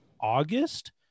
August